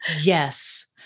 Yes